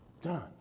done